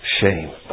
shame